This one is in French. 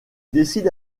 décide